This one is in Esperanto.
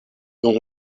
dum